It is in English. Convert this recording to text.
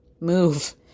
move